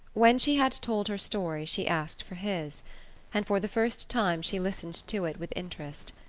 when she had told her story she asked for his and for the first time she listened to it with interest.